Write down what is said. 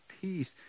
peace